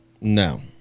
No